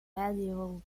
medieval